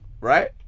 right